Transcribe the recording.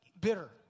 bitter